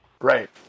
Right